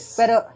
pero